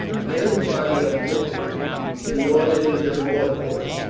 the main body of his infantry he ordered into the watercourse,